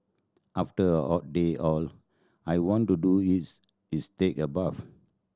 after a hot day all I want to do is is take a bath